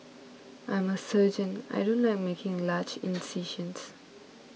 I'm a surgeon I don't like making large incisions